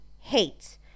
hate